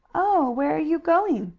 oh, where are you going?